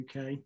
UK